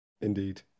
Indeed